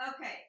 okay